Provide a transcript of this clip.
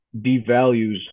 devalues